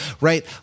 right